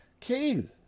King